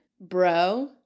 bro